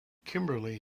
kimberly